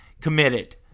committed